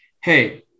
Hey